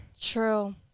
True